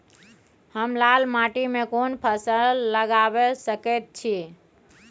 हम लाल माटी में कोन फसल लगाबै सकेत छी?